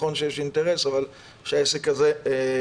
נכון שיש אינטרס, אבל זה כדי שהעסק הזה יעבוד.